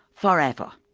forever.